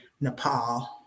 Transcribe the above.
Nepal